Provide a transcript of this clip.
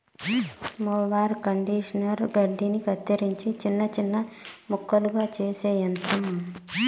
mower conditioner గడ్డిని కత్తిరించి చిన్న చిన్న ముక్కలుగా చేసే యంత్రం